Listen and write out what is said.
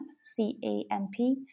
c-a-m-p